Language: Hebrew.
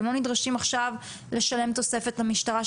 הם לא נדרשים עכשיו לשלם תוספת למשטרה,